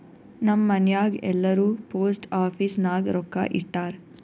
ನಮ್ ಮನ್ಯಾಗ್ ಎಲ್ಲಾರೂ ಪೋಸ್ಟ್ ಆಫೀಸ್ ನಾಗ್ ರೊಕ್ಕಾ ಇಟ್ಟಾರ್